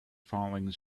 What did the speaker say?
falling